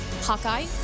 Hawkeye